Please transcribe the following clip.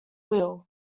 will